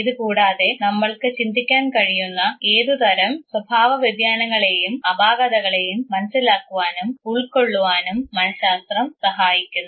ഇതുകൂടാതെ നമ്മൾക്ക് ചിന്തിക്കാൻ കഴിയുന്ന ഏതുതരം സ്വഭാവ വ്യതിയാനങ്ങളെയും അപാകതകളെയും മനസ്സിലാക്കുവാനും ഉൾക്കൊള്ളുവാനും മനഃശാസ്ത്രം സഹായിക്കുന്നു